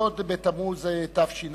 י' בתמוז התש"ע,